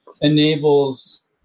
enables